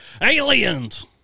aliens